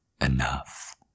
enough